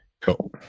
Cool